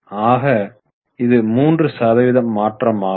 ஆக இது 3 சதவீத மாற்றம் ஆகும்